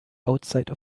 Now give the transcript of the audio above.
outside